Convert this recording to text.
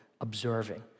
observing